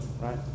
right